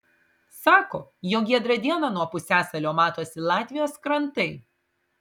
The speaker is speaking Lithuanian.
sako jog giedrą dieną nuo pusiasalio matosi latvijos krantai